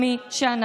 מה שכתבה שרי גולן,